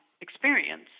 experience